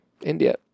India